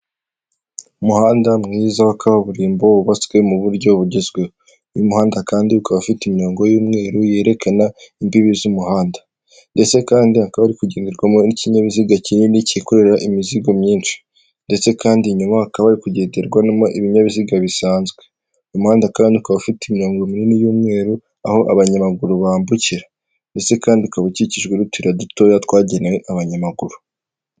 Umuhanda mwiza wa kaburimbo wubatswe mu buryo bugezweho ni muhanda kandi ukaba ufite imirongo y'umweru yerekana imbibi z'umuhanda, ndetse kandih akaba hari kugenderwamo n'ikinyabiziga kinini kikorera imizigo myinshi, ndetse kandi inyuma hakaba hari kugenderwamo ibinyabiziga bisanzwe, uyuhanda kandi ukaba ufite imirongo minini y'umweru aho abanyamaguru bambukira ndetse kandi ukaba ukikijwe n'utuyira dutoya twagenewe abanyamaguru.